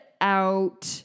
out